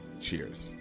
cheers